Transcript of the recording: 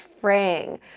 fraying